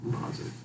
positive